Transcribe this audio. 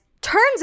turns